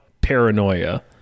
paranoia